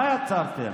מה יצרתם?